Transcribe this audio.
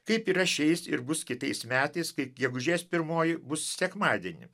kaip yra šiais ir bus kitais metais kai gegužės pirmoji bus sekmadienį